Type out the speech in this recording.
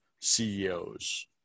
CEOs